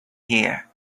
here